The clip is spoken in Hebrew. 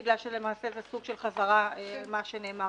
כי זה סוג של חזרה על מה שנאמר